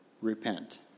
repent